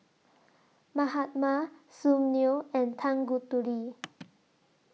Mahatma Sunil and Tanguturi